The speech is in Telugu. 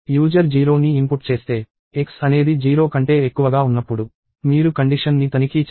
యూజర్ 0ని ఇన్పుట్ చేస్తే x అనేది 0 కంటే ఎక్కువగా ఉన్నప్పుడు మీరు కండిషన్ ని తనిఖీ చేస్తారు